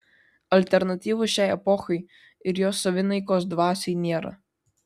alternatyvos šiai epochai ir jos savinaikos dvasiai nėra